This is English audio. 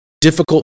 difficult